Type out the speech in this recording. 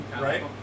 right